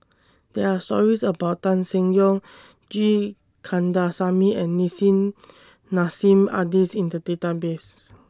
There Are stories about Tan Seng Yong G Kandasamy and Nissim Nassim Adis in The Database